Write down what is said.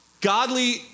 godly